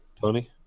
Tony